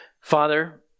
Father